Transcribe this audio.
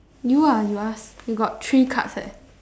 you ah you ask you got three cards leh